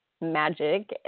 magic